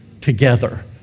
together